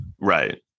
Right